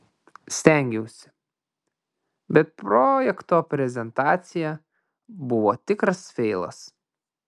stengiausi bet projekto prezentacija buvo tikras feilas